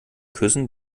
küssen